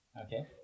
okay